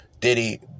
Diddy